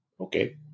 Okay